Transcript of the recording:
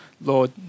Lord